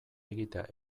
egitea